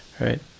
Right